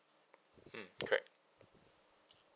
mm correct